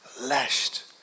lashed